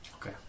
Okay